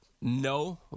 No